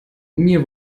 mir